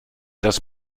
das